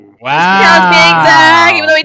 Wow